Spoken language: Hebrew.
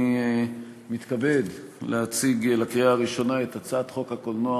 אני מתכבד להציג לקריאה ראשונה את הצעת חוק הקולנוע